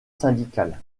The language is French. syndical